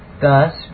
thus